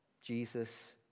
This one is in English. Jesus